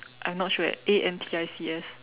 I'm not sure eh A N T I C S